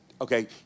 Okay